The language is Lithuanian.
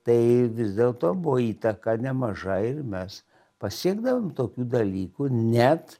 tai vis dėlto buvo įtaka nemaža ir mes pasiekdavom tokių dalykų net